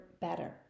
better